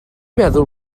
meddwl